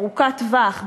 ארוכת-טווח,